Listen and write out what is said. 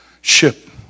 ship